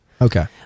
Okay